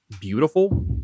beautiful